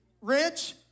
Rich